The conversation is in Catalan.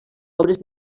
obres